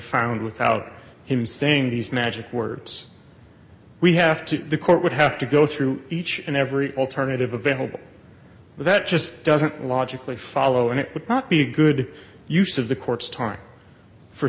found without him saying these magic words we have to the court would have to go through each and every alternative available that just doesn't logically follow and it would not be a good use of the court's time for